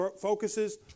focuses